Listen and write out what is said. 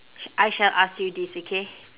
sh~ I shall ask you this okay